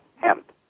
hemp